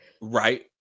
Right